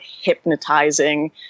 hypnotizing